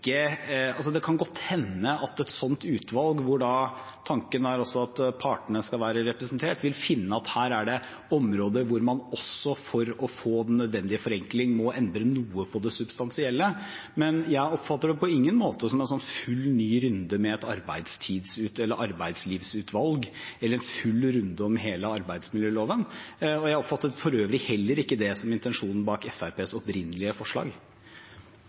få den nødvendige forenkling, må endre noe på det substansielle. Men jeg oppfatter det på ingen måte som en full, ny runde med et arbeidstids- eller arbeidslivsutvalg eller en full runde om hele arbeidsmiljøloven. Jeg oppfattet for øvrig heller ikke det som intensjonen bak Fremskrittspartiets opprinnelige forslag.